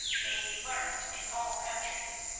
may be learned in all countries.